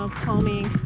um calming,